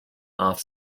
off